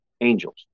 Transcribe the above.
Angels